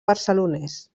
barcelonès